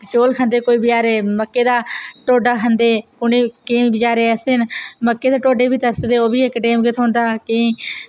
चौल खंदे कोई बचैरे मक्कें दा ढोड्डा खंदे उ'ने केईं बचैरे ऐसे न मक्कें दे ढोड्डे बी तरसदे ओह् बी इक टैम गै थ्होंदा केईं